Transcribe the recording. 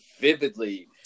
vividly